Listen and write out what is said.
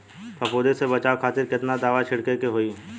फाफूंदी से बचाव खातिर केतना दावा छीड़के के होई?